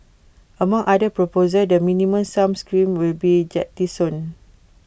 among other proposals the minimum sum scheme will be jettisoned